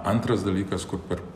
antras dalykas kur per